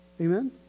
Amen